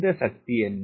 இந்த சக்தி என்ன